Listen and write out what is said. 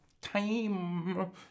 Time